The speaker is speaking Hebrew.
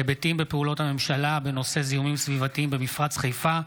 היבטים בפעולות הממשלה בנושא זיהומים סביבתיים במפרץ חיפה,